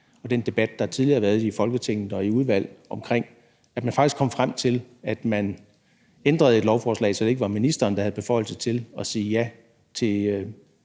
og den debat med, der tidligere har været i Folketinget og i udvalget, omkring, at man faktisk kom frem til, at man ændrede et lovforslag, så det ikke var ministeren, der havde beføjelse til at sige ja til